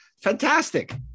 Fantastic